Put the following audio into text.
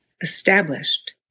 established